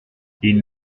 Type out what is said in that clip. ils